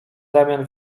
zamian